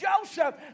Joseph